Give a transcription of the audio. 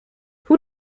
who